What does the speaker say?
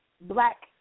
black